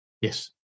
Yes